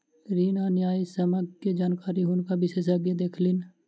ऋण आ न्यायसम्यक जानकारी हुनका विशेषज्ञ देलखिन